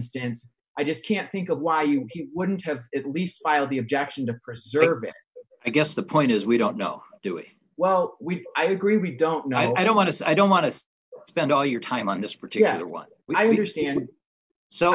instance i just can't think of why you wouldn't have at least filed the objection to preserve i guess the point is we don't know do it well we i agree we don't know i don't want to say i don't want to spend all your time on this particular one